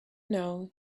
know